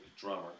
drummer